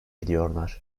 ediyorlar